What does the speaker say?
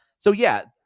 so yeah,